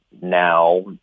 now